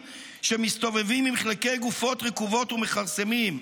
שמסתובבים עם חלקי גופות רקובות ומכרסמים.